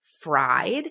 fried